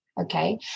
okay